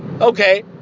Okay